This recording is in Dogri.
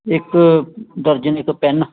ते इक्क दर्जन इक्क पेन